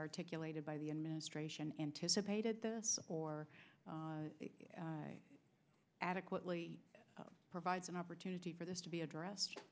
articulated by the administration anticipated this or adequately provides an opportunity for this to be addressed